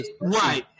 Right